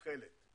תכלת.